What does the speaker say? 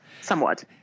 Somewhat